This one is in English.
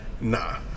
Nah